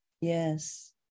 Yes